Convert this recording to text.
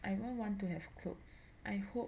I won't want to have clothes I hope